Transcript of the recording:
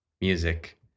music